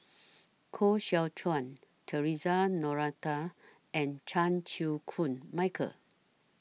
Koh Seow Chuan Theresa Noronha and Chan Chew Koon Michael